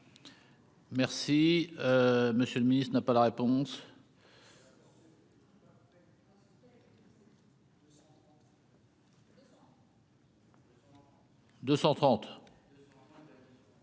Merci, Monsieur le Ministre, n'a pas la réponse. 230.